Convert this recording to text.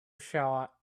saw